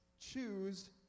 choose